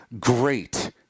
great